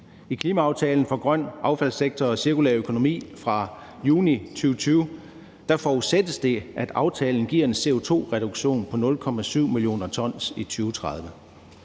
I »Klimaplan for en grøn affaldssektor og cirkulær økonomi« fra juni 2020 forudsættes det, at aftalen giver en CO2-reduktion på 0,7 mio. t i 2030.